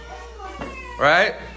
Right